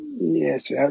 Yes